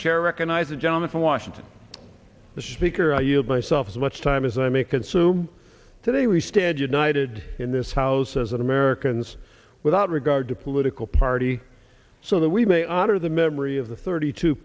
chair recognizes gentleman from washington the speaker i yield myself so much time as i may consume today we stand united in this house as americans without regard to political party so that we may honor the memory of the thirty two